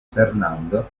fernando